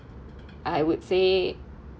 I would say